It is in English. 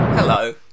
Hello